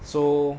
so